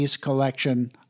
collection